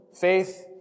faith